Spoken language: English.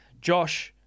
Josh